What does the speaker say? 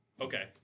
Okay